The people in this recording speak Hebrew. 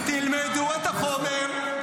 תלמדו את החומר.